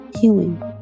healing